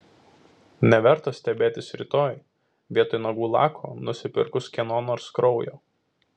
neverta stebėtis rytoj vietoj nagų lako nusipirkus kieno nors kraujo